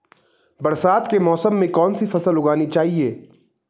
बरसात के मौसम में कौन सी फसल उगानी चाहिए?